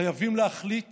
חייבים להחליט